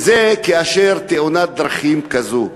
וזה כאשר תאונת הדרכים כזאת.